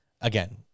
again